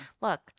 look